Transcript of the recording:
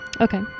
okay